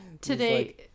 Today